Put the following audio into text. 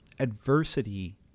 adversity